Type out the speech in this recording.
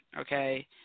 okay